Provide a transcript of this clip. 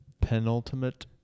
penultimate